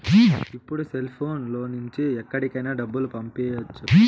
ఇప్పుడు సెల్ఫోన్ లో నుంచి ఎక్కడికైనా డబ్బులు పంపియ్యచ్చు